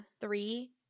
Three